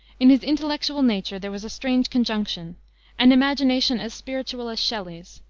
in his intellectual nature there was a strange conjunction an imagination as spiritual as shelley's,